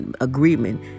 agreement